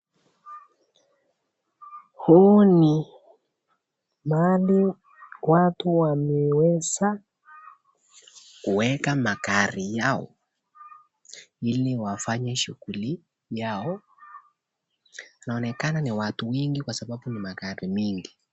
Huu ni mahali watu waliweza kuweka magari yao ili watu waweze kufanya shughuli yao. Inaonekana ni watu wengi sababu ni magari mengi.